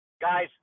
Guys